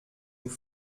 nous